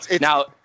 now